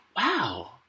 Wow